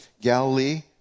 Galilee